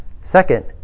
Second